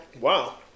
Wow